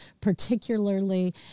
particularly